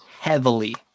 Heavily